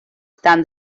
than